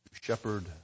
shepherd